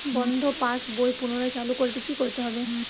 বন্ধ পাশ বই পুনরায় চালু করতে কি করতে হবে?